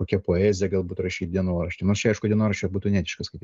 kokią poeziją galbūt rašyt dienoraštį nors čia aišku dienoraščio būtų neetiška skaityt